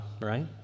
right